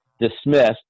dismissed